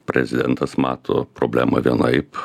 prezidentas mato problemą vienaip